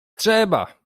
trzeba